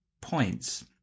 points